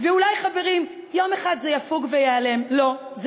אפילו חברי הקואליציה שלך לא משתכנעים,